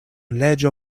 leĝo